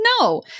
No